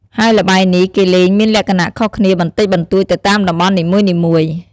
ហើយល្បែងនេះគេលេងមានលក្ខណៈខុសគ្នាបន្តិចបន្តួចទៅតាមតំបន់នីមួយៗ។